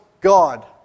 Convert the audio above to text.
God